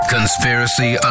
Conspiracy